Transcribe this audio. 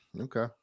okay